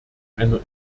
einer